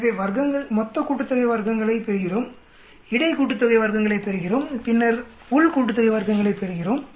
எனவே வர்க்கங்களின் மொத்த கூட்டுத்தொகையைப் பெறுகிறோம்வர்க்கங்களின் இடை கூட்டுத்தொகையைப் பெறுகிறோம் பின்னர் வர்க்கங்களின் உள் கூட்டுத்தொகையைப் பெறுகிறோம்